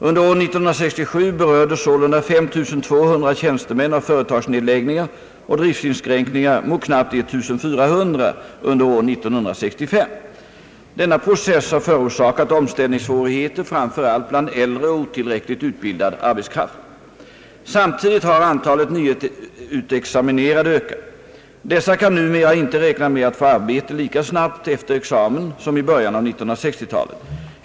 Under år 1967 berördes sålunda 5 200 tjänstemän av = företagsnedläggningar och driftsinskränkningar mot knappt 1400 under år 1965. Denna process har förorsakat omställningssvårigheter framför allt bland äldre och otillräckligt utbildad arbetskraft. Samtidigt har antalet nyutexaminerade ökat. Dessa kan numera inte räkna med att få arbete lika snabbt efter examen som i början av 1960-talet.